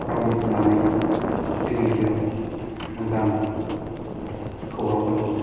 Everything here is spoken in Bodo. खौरां बुथुमनानै जोंनि गेजेराव मोजां खौरांफोरखौ